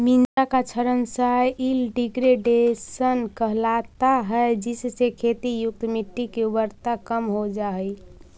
मृदा का क्षरण सॉइल डिग्रेडेशन कहलाता है जिससे खेती युक्त मिट्टी की उर्वरता कम हो जा हई